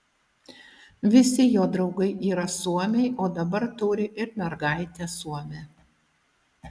visi jo draugai yra suomiai o dabar turi ir mergaitę suomę